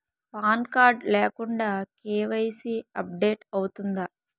Pan card లేకుండా KYC update అవుతుందా?